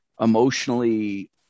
emotionally